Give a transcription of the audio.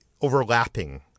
overlapping